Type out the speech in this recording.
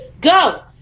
go